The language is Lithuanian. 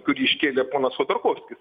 kurį iškėlė ponas chodorkovskis